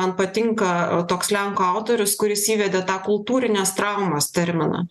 man patinka toks lenkų autorius kuris įvedė tą kultūrinės traumos terminą